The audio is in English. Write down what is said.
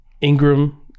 Ingram